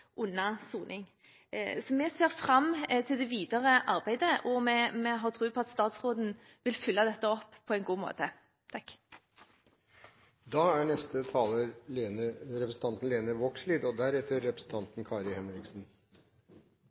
Vi ser fram til det videre arbeidet, og vi har tro på at statsråden vil følge opp dette på en god måte.